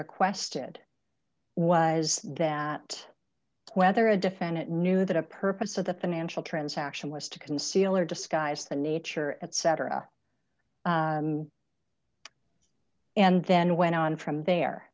requested was that whether a defendant knew that a purpose of the financial transaction was to conceal or disguise the nature and cetera and then went on from there